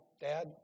dad